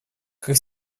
как